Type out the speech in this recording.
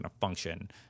function